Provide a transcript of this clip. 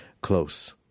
close